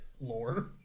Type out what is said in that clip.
lore